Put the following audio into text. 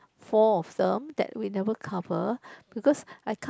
four of them that we never cover because I can't